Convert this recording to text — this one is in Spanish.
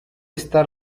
está